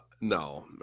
No